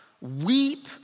Weep